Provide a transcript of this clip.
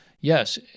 yes